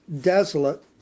desolate